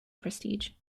prestige